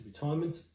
retirement